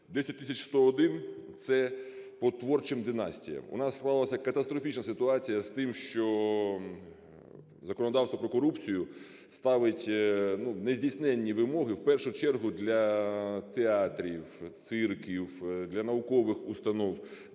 10101 – це по творчим династіям. У нас склалася катастрофічна ситуація з тим, що законодавство про корупцію ставить нездійсненні вимоги в першу чергу для театрів, цирків, для наукових установ,